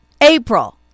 April